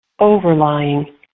overlying